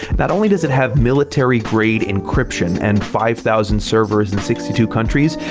not only does it have military-grade encryption and five thousand servers in sixty two countries,